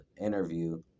interview